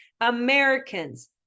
Americans